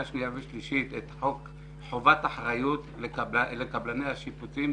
שנייה ושלישית את חוק חובת אחריות לקבלני השיפוצים,